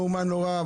נו מה, נו רע.